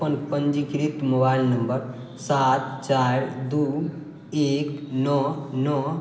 अपन पञ्जीकृत mobile number सात चारि दू एक नओ नओ